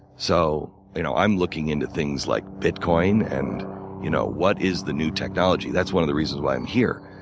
so you know i'm looking into things like bit coin and you know what is the new technology. that's one of the reasons why i'm here.